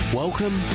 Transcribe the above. welcome